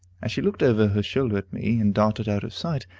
as she looked over her shoulder at me, and darted out of sight.